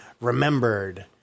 remembered